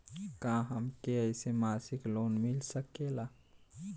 का हमके ऐसे मासिक लोन मिल सकेला?